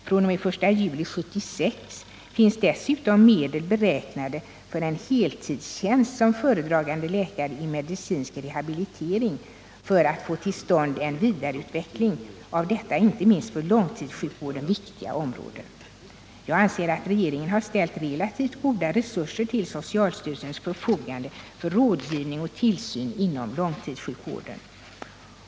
fr.o.m. den 1 juli 1976 finns dessutom medel beräknade för en heltidstjänst som föredragande läkare i medicinsk rehabilitering för att få till stånd en vidareutveckling av detta inte minst för långtidssjukvården viktiga område. Jag anser att regeringen har ställt relativt goda resurser till socialstyrelsens förfogande för rådgivning och tillsyn inom långtidssjukvården.